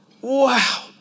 Wow